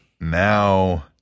Now